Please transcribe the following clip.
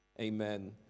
Amen